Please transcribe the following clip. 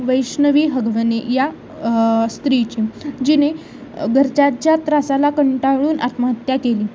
वैष्णवी हगवणे या स्त्रीची जिने घरच्यांच्या त्रासाला कंटाळून आत्महत्या केली